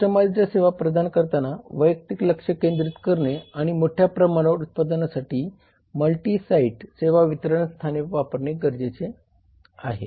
customised सेवा प्रदान करताना वैयक्तिक लक्ष केंद्रित करणे आणि मोठ्या प्रमाणावर उत्पादनासाठी मल्टी साइट सेवा वितरण स्थाने वापरणे गरजेचे आहे